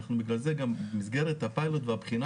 אנחנו בגלל זה גם במסגרת הפיילוט והבחינה